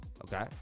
okay